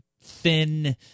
thin